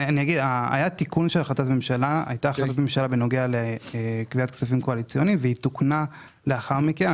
הייתה החלטת ממשלה בנוגע לקביעת כספים קואליציוניים שתוקנה לאחר מכן.